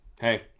hey